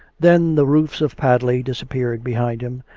then the roofs of padley disappeared behind him,